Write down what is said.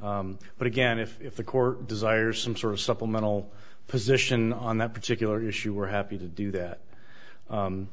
but again if the court desires some sort of supplemental position on that particular issue we're happy to do that